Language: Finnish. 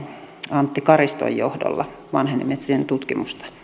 antti kariston johdolla vanhenemisen tutkimusta